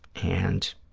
and